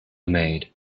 maid